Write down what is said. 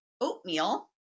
oatmeal